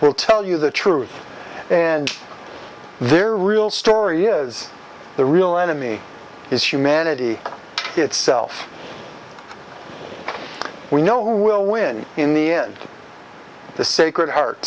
will tell you the truth and their real story is the real enemy is humanity itself we know who will win in the end the sacred heart